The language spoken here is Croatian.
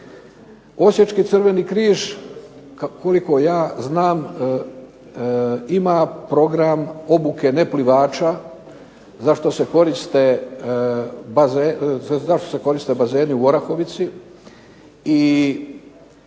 Osječki Crveni križ koliko ja znam ima program obuke neplivača za što se koriste bazeni u Orahovici i